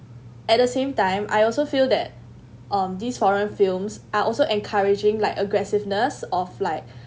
at the same time I also feel that um these foreign films are also encouraging like aggressiveness of like